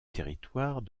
territoire